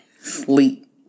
Sleep